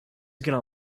gonna